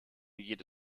jede